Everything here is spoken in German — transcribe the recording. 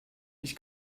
ich